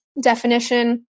definition